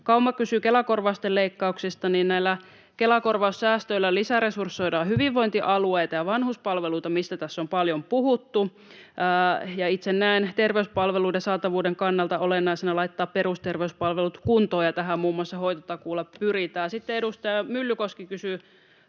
Kauma kysyi Kela-korvausten leikkauksista. Näillä Kela-korvaussäästöillä lisäresursoidaan hyvinvointialueita ja vanhuspalveluita, mistä tässä on paljon puhuttu. Ja itse näen terveyspalveluiden saatavuuden kannalta olennaisena laittaa perusterveyspalvelut kuntoon, ja tähän muun muassa hoitotakuulla pyritään. Sitten edustaja Myllykoski kysyi